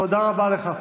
תודה רבה לך.